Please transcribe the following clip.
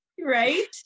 Right